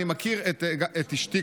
אני מכיר את אשתי,